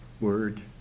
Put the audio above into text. word